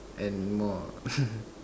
and more